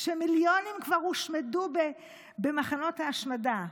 כשמיליונים כבר הושמדו במחנות ההשמדה.